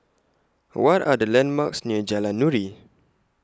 What Are The landmarks near Jalan Nuri